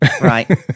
Right